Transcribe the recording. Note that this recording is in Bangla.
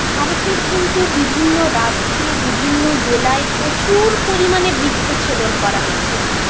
ভারতের কিন্তু বিভিন্ন রাজ্যে বিভিন্ন জেলায় প্রচুর পরিমাণে বৃক্ষচ্ছেদন করা হচ্ছে